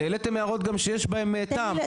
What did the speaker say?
העליתם הערות גם שיש בהם טעם.